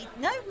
no